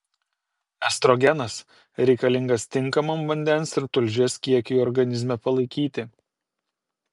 estrogenas reikalingas tinkamam vandens ir tulžies kiekiui organizme palaikyti